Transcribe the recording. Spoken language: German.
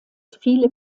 viele